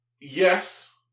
Yes